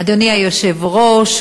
אדוני היושב-ראש,